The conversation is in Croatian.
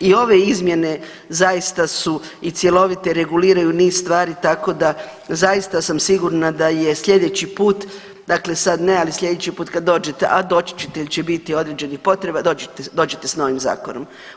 I ove izmjene zaista su i cjelovite, reguliraju niz stvari tako da zaista sam sigurna da je sljedeći put, dakle sad ne ali sljedeći put kad dođete, a doći ćete jer će biti određenih potreba, dođite sa novim zakonom.